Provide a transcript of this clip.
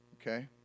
okay